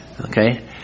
Okay